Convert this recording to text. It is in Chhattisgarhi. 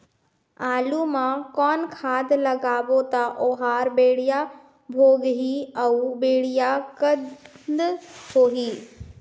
आलू मा कौन खाद लगाबो ता ओहार बेडिया भोगही अउ बेडिया कन्द होही?